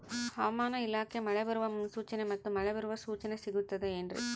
ಹವಮಾನ ಇಲಾಖೆ ಮಳೆ ಬರುವ ಮುನ್ಸೂಚನೆ ಮತ್ತು ಮಳೆ ಬರುವ ಸೂಚನೆ ಸಿಗುತ್ತದೆ ಏನ್ರಿ?